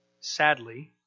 sadly